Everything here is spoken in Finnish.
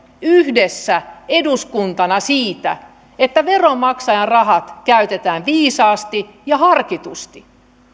yhdessä eduskuntana siitä että veronmaksajan rahat käytetään viisaasti ja harkitusti